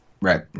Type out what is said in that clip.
Right